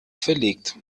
verlegt